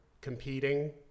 competing